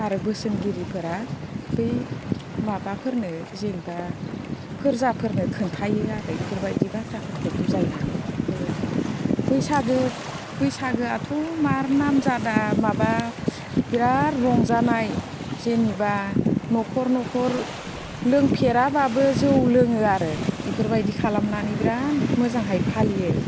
आरो बोसोनगिरिफोरा बै माबाफोरनो जेनेबा फोरजाफोरनो खिनथायो आरो बेफोरबायदि बाथ्राफोरखौ बुजायनानै बेफोरबायदि बैसागु बैसागुआथ' मार नामजादा माबा बिराद रंजानाय जेनेबा न'खर न'खर लोंफेराबाबो जौ लोङो आरो बेफोरबायदि खालामनानै बिराद मोजांहाय फालियो